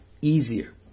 easier